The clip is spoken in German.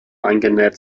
eingenäht